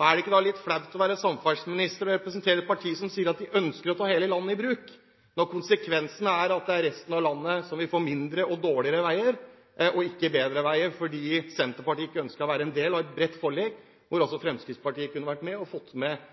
Er det ikke da litt flaut å være samferdselsminister og representere et parti som sier at de ønsker å ta hele landet i bruk, når konsekvensene er at det er resten av landet som vil få mindre og dårligere veier, ikke bedre veier, fordi Senterpartiet ikke ønsker å være en del av et bredt forlik hvor altså Fremskrittspartiet kunne vært med og